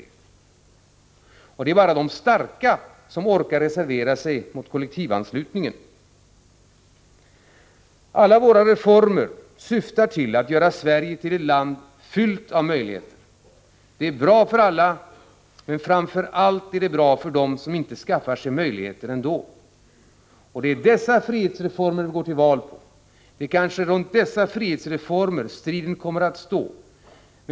Endast de starka orkar reservera sig mot kollektivanslutning. Alla våra reformer syftar till att göra Sverige till ett land fyllt av möjligheter. Det är bra för alla, men framför allt är det bra för dem som inte skaffar sig möjligheter ändå. Det är dessa frihetsreformer vi går till val på, och det är kanske om dessa frihetsreformer striden kommer att stå.